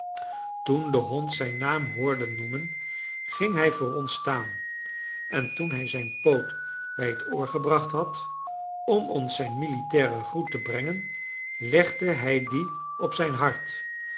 toen de hond zijn naam hoorde noemen ging hij voor ons staan en toen hij zijn poot bij het oor gebracht had om ons zijn militairen groet te brengen legde hij dien op zijn hart